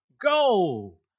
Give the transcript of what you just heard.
Go